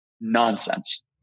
nonsense